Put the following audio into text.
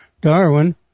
Darwin